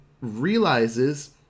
realizes